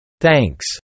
Thanks